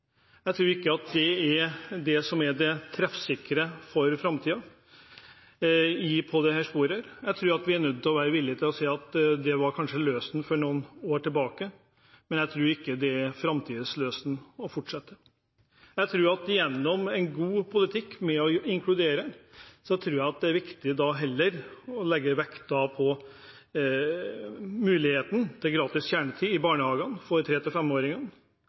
Jeg tror ikke at det er det som er det treffsikre for framtiden. Jeg tror at vi er nødt til å være villige til å si at det var kanskje løsenet for noen år tilbake, men at det ikke er framtidens løsen å fortsette. For å få til en god politikk med inkludering er det viktig heller å legge vekt på muligheten til gratis kjernetid i barnehagene for tre–fem-åringer fra lavinntektsfamilier, også inkludert dem med flerkulturell bakgrunn. Jeg tror at nettopp forsterket innsats i barnehagene og tydelige krav til